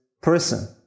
person